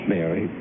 Mary